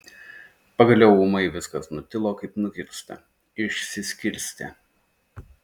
pagaliau ūmai viskas nutilo kaip nukirsta išsiskirstė